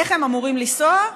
איך הם אמורים לנסוע?